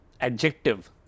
adjective